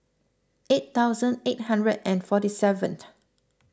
eight thousand eight hundred and forty seventh